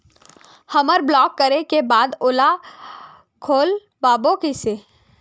हमर ब्लॉक करे के बाद ओला खोलवाबो कइसे?